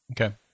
Okay